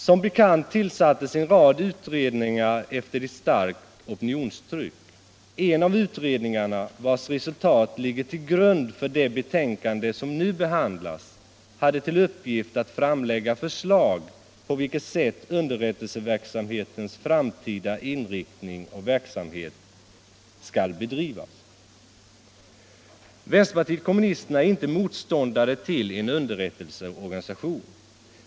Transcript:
Som bekant tillsattes en rad utredningar efter ett starkt opinionstryck. En av utredningarna, vars resultat ligger till grund för det betänkande som nu behandlas, hade till uppgift att framlägga förslag om på vilket sätt underrättelsetjänstens framtida inriktning och verksamhet skulle utformas. Vpk är inte motståndare till en underrättelseorganisation.